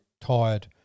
Tired